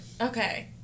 Okay